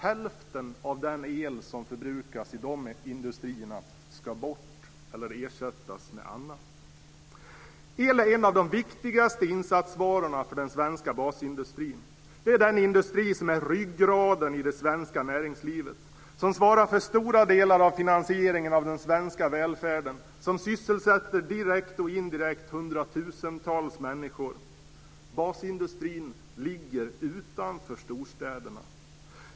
Hälften av den el som förbrukas i de industrierna ska bort eller ersättas med annat. El är en av de viktigaste insatsvarorna för den svenska basindustrin. Det är den industri som är ryggraden i det svenska näringslivet. Den svarar för stora delar av finansieringen av den svenska välfärden och direkt och indirekt sysselsätter hundratusentals människor. Basindustrin ligger utanför storstäderna.